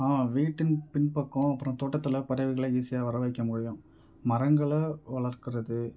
வீட்டின் பின் பக்கம் அப்புறம் தோட்டத்தில் பறவைகளை ஈஸியாக வரவைக்க முடியும் மரங்களை வளர்க்கிறது